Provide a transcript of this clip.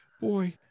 boy